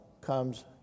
comes